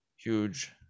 Huge